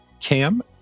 Cam